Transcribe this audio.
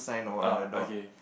orh okay